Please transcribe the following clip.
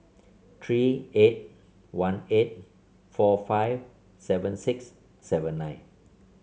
three eight one eight four five seven six seven nine